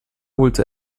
holte